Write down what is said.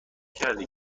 کرده